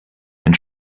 den